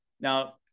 now